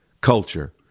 culture